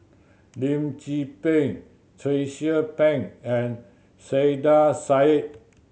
Lim Tze Peng Tracie Pang and Saiedah Said